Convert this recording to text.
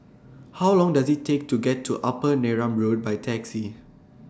How Long Does IT Take to get to Upper Neram Road By Taxi